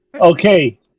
Okay